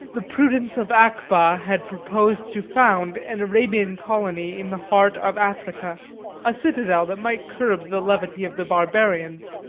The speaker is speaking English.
the prudence of akbah had proposed to found an arabian colony in the heart of africa a citadel that might curb the levity of the barbarians,